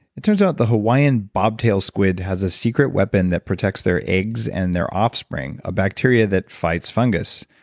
it turns out the hawaiian bobtail squid has a secret weapon that protects their eggs and their offspring, a bacteria that fights fungus.